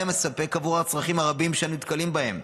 מספק בעבור הצרכים הרבים שאנו נתקלים בהם.